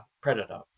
predator